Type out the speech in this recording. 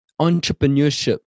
entrepreneurship